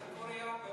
זו תיאוריה.